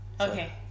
Okay